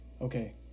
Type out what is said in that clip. okay